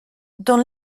dans